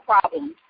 problems